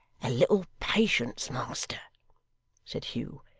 little prudence master said hugh.